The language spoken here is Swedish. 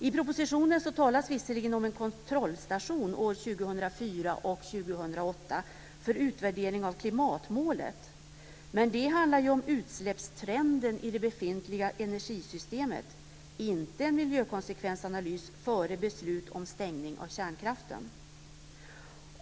I propositionen talas visserligen om en kontrollstation år 2004 och 2008 för utvärdering av klimatmålet. Men det handlar om utsläppstrenden i det befintliga energisystemet, inte om en miljökonsekvensanalys före beslut om stängning av kärnkraften.